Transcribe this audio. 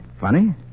Funny